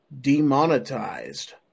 demonetized